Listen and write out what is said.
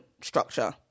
structure